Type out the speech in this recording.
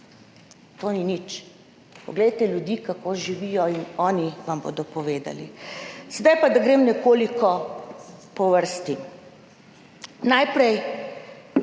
to ni nič, poglejte ljudi, kako živijo, in oni vam bodo povedali. Sedaj pa, da grem nekoliko po vrsti. Najprej,